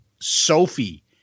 Sophie